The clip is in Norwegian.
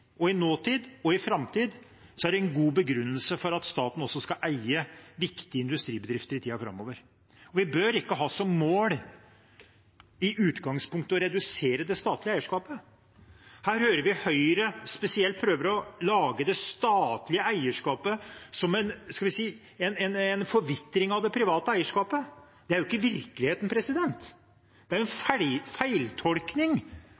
i nåtid og i framtiden er det en god begrunnelse for at staten også skal eie viktige industribedrifter i tiden framover. Vi bør ikke ha som mål i utgangspunktet å redusere det statlige eierskapet. Her hører vi spesielt Høyre prøve å tolke det statlige eierskapet som, skal vi si, en forvitring av det private eierskapet. Det er jo ikke virkeligheten. Det er en